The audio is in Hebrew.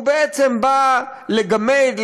שהוא בעצם בא לגמד,